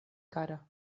kara